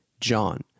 John